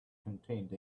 contained